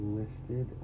listed